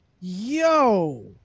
Yo